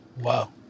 wow